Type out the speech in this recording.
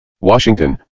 Washington